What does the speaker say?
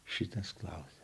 šitas klausimas